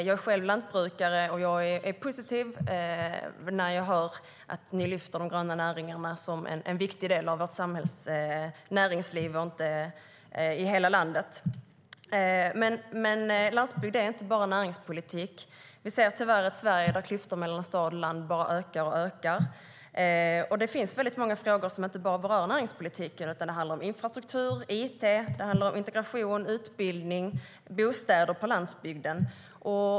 Jag är själv lantbrukare, och jag är positiv när jag hör att ni lyfter upp de gröna näringarna som en viktig del av vårt näringsliv i hela landet. Men landsbygd är inte bara näringspolitik. Vi ser tyvärr ett Sverige där klyftorna mellan stad och land bara ökar och ökar. Det finns väldigt många frågor som inte bara berör näringspolitiken utan som handlar om infrastruktur, it, integration, utbildning och bostäder på landsbygden.